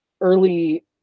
early